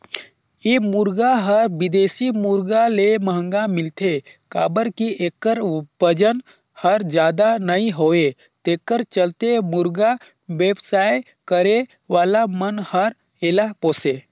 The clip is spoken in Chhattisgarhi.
ए मुरगा हर बिदेशी मुरगा ले महंगा मिलथे काबर कि एखर बजन हर जादा नई होये तेखर चलते मुरगा बेवसाय करे वाला मन हर एला पोसे